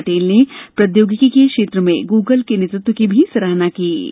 श्री पटेल ने प्रौद्योगिकी क्षेत्र में गूगल के नेतृत्व की भी सराहना की